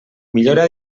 millora